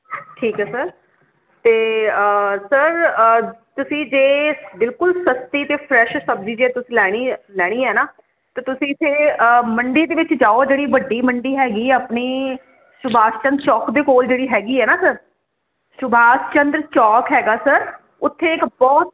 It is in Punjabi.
ਠੀਕ ਹੈ ਸਰ ਤੇ ਸਰ ਤੁਸੀਂ ਜੇ ਬਿਲਕੁਲ ਸਸਤੀ ਤੇ ਫਰੈਸ਼ ਸਬਜੀ ਜੇ ਤੁਸੀਂ ਲੈਣੀ ਲੈਣੀ ਹੈ ਨਾ ਤੇ ਤੁਸੀਂ ਇਥੇ ਮੰਡੀ ਦੇ ਵਿੱਚ ਜਾਓ ਜਿਹੜੀ ਵੱਡੀ ਮੰਡੀ ਹੈਗੀ ਆਪਣੀ ਸੁਭਾਸ਼ ਚੰਦ ਸ਼ੋਪ ਦੇ ਕੋਲ ਜਿਹੜੀ ਹੈਗੀ ਆ ਨਾ ਸ਼ੁਭਾਸ਼ ਚੰਦਰ ਚੋਕ ਹੈਗਾ ਸਰ ਉੱਥੇ ਇੱਕ ਬਹੁਤ